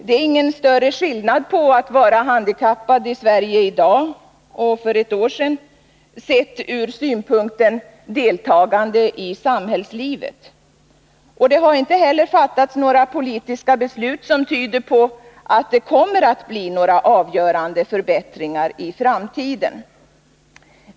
Det är ingen större skillnad på att vara handikappad i Sverige i dag och för ett år sedan med tanke på deltagande i samhällslivet. Det har inte heller fattats några politiska beslut, som tyder på att det kommer att bli några avgörande förbättringar i framtiden.